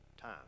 time